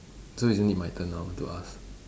so isn't it my turn now to ask